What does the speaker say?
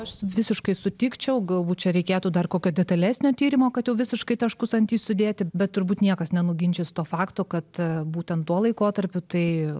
aš visiškai sutikčiau galbūt reikėtų dar kokio detalesnio tyrimo kad jau visiškai taškus ant i sudėti bet turbūt niekas nenuginčys to fakto kad būtent tuo laikotarpiu tai